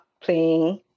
playing